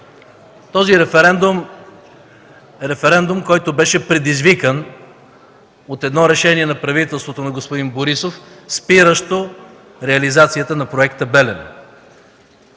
Този референдум беше предизвикан от едно решение на правителството на господин Борисов, спиращо реализацията на Проекта „Белене”.